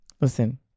listen